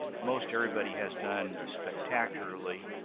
most everybody has done spectacularly.